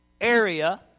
area